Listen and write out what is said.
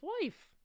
wife